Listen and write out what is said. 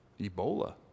Ebola